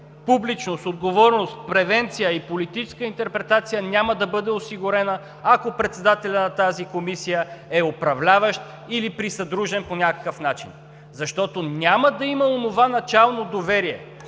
публичност, отговорност, превенция и политическа интерпретация, няма да бъде осигурена, ако председателят на тази комисия е управляващ или присъдружен по някакъв начин, защото няма да има онова начално доверие.